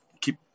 keep